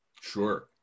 Sure